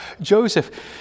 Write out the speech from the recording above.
Joseph